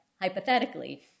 hypothetically